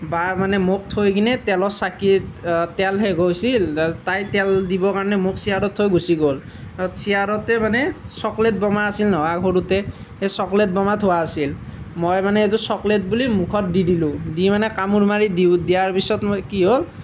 বাই মানে মোক থৈ কিনে তেলৰ চাকিত তেল শেষ হৈছিল তাত তাই তেল দিব কাৰণে মোক চেয়াৰত থৈ গুচি গ'ল তাৰপিছত চেয়াৰতেই মানে চকলেট বোমা আছিল নহয় সৰুতে সেই চকলেট বোমা থোৱা আছিল মই মানে এইটো চকলেট বুলি মুখত দি দিলোঁ দি মানে কামোৰ মাৰি দি দিয়াৰ পিছত মই কি হ' ল